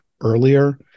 earlier